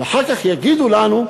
ואחר כך יגידו לנו: